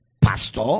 pastor